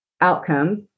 outcomes